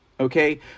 Okay